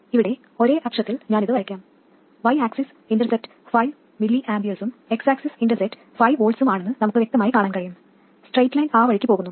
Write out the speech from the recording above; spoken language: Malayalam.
ഇവിടെ ഒരേ അക്ഷത്തിൽ ഞാൻ അത് വരയ്ക്കാം y ആക്സിസ് ഇന്റർസെപ്റ്റ് 5 mA ഉം x ആക്സിസ് ഇന്റർസെപ്റ്റ് 5 V ഉം ആണെന്ന് നമുക്ക് വ്യക്തമായി കാണാൻ കഴിയും സ്ട്രെയിറ്റ് ലൈൻ ആ വഴിക്ക് പോകുന്നു